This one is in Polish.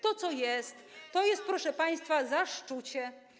To, co jest, to jest, proszę państwa, zaszczucie.